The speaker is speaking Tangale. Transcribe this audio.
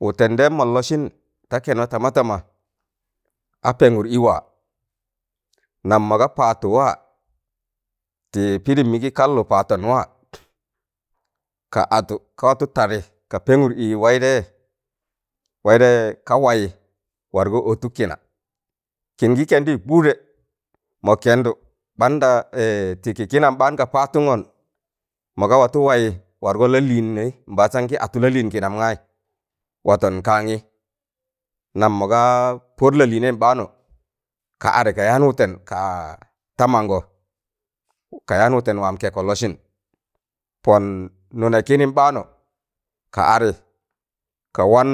Wutẹn dẹm mọn lọsịn ta kẹnọ tama tama a pẹngụr ị waa nam mọna paattụ waa tị pidim mị gị kallụ paattụ waa ka atụ ka watụ tadị ka pengụr ị wẹịdẹịyẹ, wẹịdẹịyẹ ka wayị wargọ ọtụk kịna kin gị kẹndụ kụdẹ mọ kẹndụ banda ti kị kịnam ɓaan ga paattụngon, mọnga watụ wayị wargị lalịịnẹị mbasan gị atụ lịịn kịnam gaayị watọn kaangị nam mọgaa pọd lịịnẹyịm ɓaanu ka adị a yaan wụtẹn kaa ta mango ka yaan wụtẹn waam kẹko lọsịn pọn nụnẹ kịnịm ɓaanu ̣ka adị, ka wan